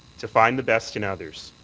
to find the best in others,